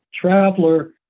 traveler